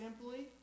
simply